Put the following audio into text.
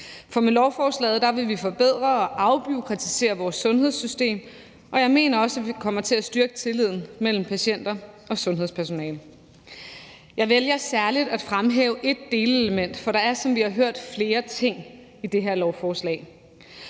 for med lovforslaget vil vi forbedre og afbureaukratisere vores sundhedssystem, og jeg mener også, at vi kommer til at styrke tilliden mellem patienter og sundhedspersonale. Jeg vælger særlig at fremhæve ét delelement, for der er, som vi har hørt, flere ting i det her lovforslag.